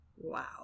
Wow